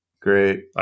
Great